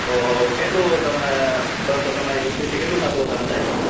તો કેટલું તમે કરશો તમારી ઓફિસથી કેટલું થતું હશે અંદાજે